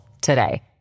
today